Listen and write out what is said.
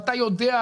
ואתה יודע,